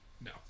No